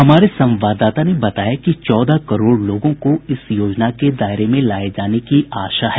हमारे संवाददाता ने बताया कि चौदह करोड़ लोगों को इस योजना के दायरे में लाए जाने की आशा है